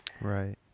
Right